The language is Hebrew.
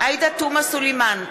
עאידה תומא סלימאן,